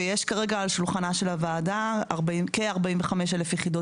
ויש כרגע על שולחנה של הוועדה כ-45,000 יחידות